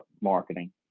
marketing